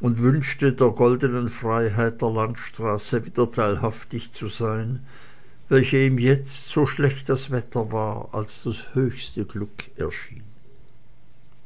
und wünschte der goldenen freiheit der landstraße wieder teilhaftig zu sein welche ihm jetzt so schlecht das wetter war als das höchste glück erschien